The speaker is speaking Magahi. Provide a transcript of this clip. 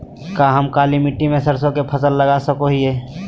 का हम काली मिट्टी में सरसों के फसल लगा सको हीयय?